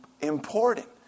important